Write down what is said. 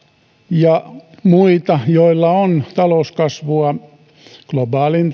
ja muita joilla on talouskasvua globaalin